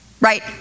right